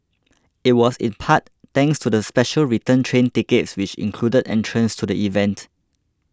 it was in part thanks to the special return train tickets which included entrance to the event